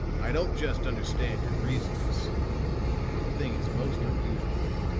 i don't just understand your reasons and the thing is most unusual.